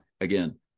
again